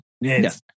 Yes